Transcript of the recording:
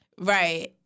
Right